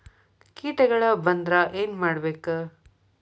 ಕೇಟಗಳ ಬಂದ್ರ ಏನ್ ಮಾಡ್ಬೇಕ್?